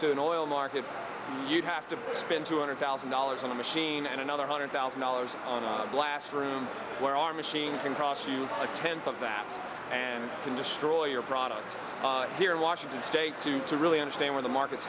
to an oil market you'd have to spend two hundred thousand dollars on a machine and another hundred thousand dollars on a classroom where our machine can cross you a tenth of that and can destroy your product here in washington state two to really understand where the market